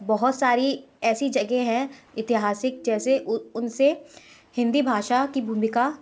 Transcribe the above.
बहुत सारी ऐसी जगह हैं ऐतिहासिक जैसे उन उनसे हिंदी भाषा की भूमिका